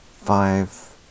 Five